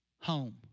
home